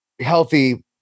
healthy